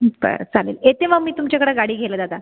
बरं चालेल येते मग तुमच्याकडे गाडी घ्यायला दादा